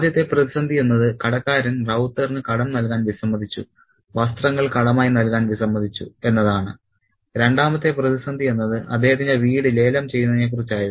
ആദ്യത്തെ പ്രതിസന്ധി എന്നത് കടക്കാരൻ റൌത്തറിന് കടം നൽകാൻ വിസമ്മതിച്ചു വസ്ത്രങ്ങൾ കടമായി നൽകാൻ വിസമ്മതിച്ചു എന്നതാണ് രണ്ടാമത്തെ പ്രതിസന്ധി എന്നത് അദ്ദേഹത്തിന്റെ വീട് ലേലം ചെയ്യുന്നതിനെക്കുറിച്ചായിരുന്നു